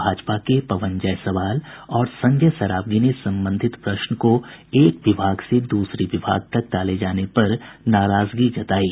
भाजपा के पवन जायसवाल और संजय सरावगी ने संबंधित प्रश्न को एक विभाग से दूसरे विभाग तक टाले जाने पर नाराजगी जतायी